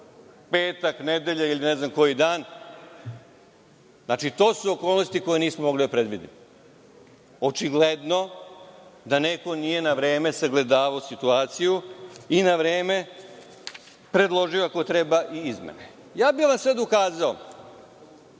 petak, nedelju ili ne znam koji dan. To su okolnosti koje nismo mogli da predvidimo. Očigledno da neko nije na vreme sagledao situaciju i na vreme predložio izmene. Sada bih ukazao